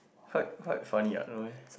quite quite funny what no ah